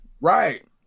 Right